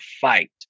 fight